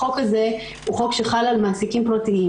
החוק הזה הוא חוק שחל על מעסיקים פרטיים.